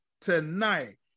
tonight